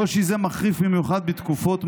קושי זה מחריף במיוחד בתקופות משבר,